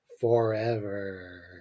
Forever